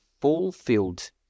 fulfilled